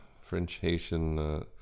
French-Haitian